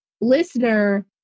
listener